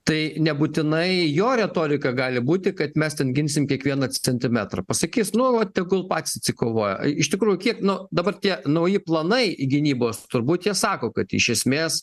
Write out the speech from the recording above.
tai nebūtinai jo retorika gali būti kad mes ten ginsim kiekvieną centimetrą pasakys nu vat tegul patys atsikovoja iš tikrųjų kiek nu dabar tie nauji planai gynybos turbūt jie sako kad iš esmės